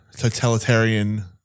totalitarian